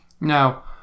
Now